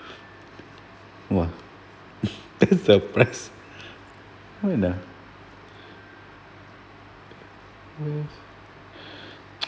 !wah! best surprise when ah yes